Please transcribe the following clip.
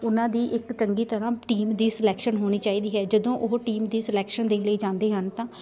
ਉਹਨਾਂ ਦੀ ਇੱਕ ਚੰਗੀ ਤਰ੍ਹਾਂ ਟੀਮ ਦੀ ਸਲੈਕਸ਼ਨ ਹੋਣੀ ਚਾਹੀਦੀ ਹੈ ਜਦੋਂ ਉਹ ਟੀਮ ਦੀ ਸਲੈਕਸ਼ਨ ਦੇ ਲਈ ਜਾਂਦੇ ਹਨ ਤਾਂ